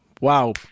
Wow